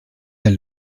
del